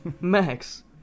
Max